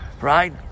right